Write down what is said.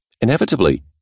Inevitably